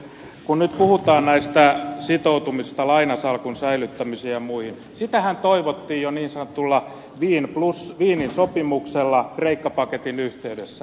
kun nyt puhutaan näistä sitoutumisista lainasalkun säilyttämisiin ja muihin niin sitähän toivottiin jo niin sanotulla wienin sopimuksella kreikka paketin yhteydessä